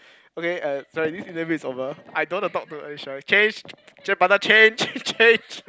okay uh sorry this interview is over I don't want to talk to Alicia change change partner change change